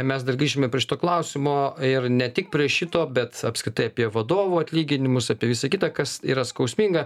mes dar grįšime prie šito klausimo ir ne tik prie šito bet apskritai apie vadovų atlyginimus apie visa kita kas yra skausminga